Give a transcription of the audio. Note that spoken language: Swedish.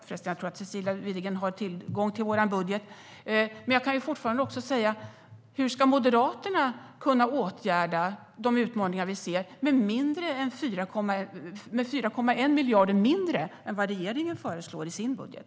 Förresten tror jag att Cecilia Widegren har tillgång till vår budget, där det framgår. Men hur ska Moderaterna kunna åtgärda de utmaningar vi ser med 4,1 miljarder mindre än vad regeringen föreslår i sin budget?